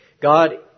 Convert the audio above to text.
God